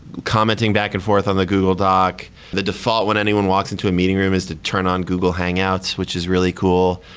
commenting back and-forth on the google doc. the default when anyone walks into the meeting room is to turn on google hangouts, which is really cool.